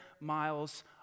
miles